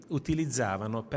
utilizzavano